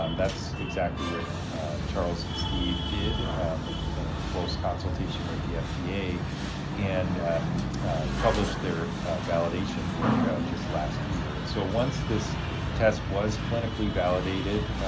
um that's exactly what charles and steve did in close consultation with the fda and published their validation work just last year and so, once this test was clinically validated,